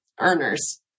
earners